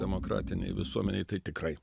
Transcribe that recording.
demokratinėj visuomenėj tai tikrai